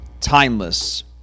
timeless